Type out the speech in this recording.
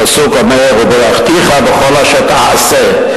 הפסוק אומר: "וברכתיך בכל אשר תעשה".